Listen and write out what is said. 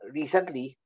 recently